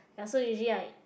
ya so usually I